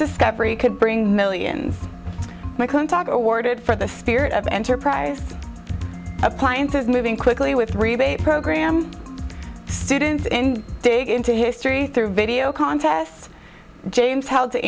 discovery could bring millions i couldn't talk to or did for the spirit of enterprise appliances moving quickly with rebate program students and dig into history through video contests james h